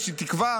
איזושהי תקווה